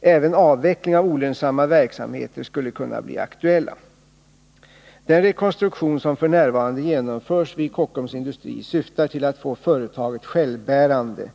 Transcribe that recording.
även avveckling av olönsamma verksamheter, skulle kunna bli aktuella. Den rekonstruktion som f. n. genomförs vid Kockums Industri syftar till att få företaget självbärande.